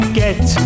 get